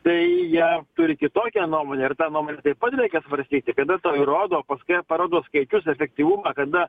tai jie turi kitokią nuomonę ir tą nuomonę taip pat reikia svarstyti kada tau įrodo pas kokia parodos kiekius efektyvumą kada